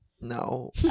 No